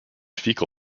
fecal